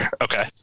Okay